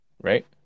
right